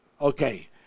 Okay